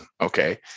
okay